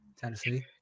Tennessee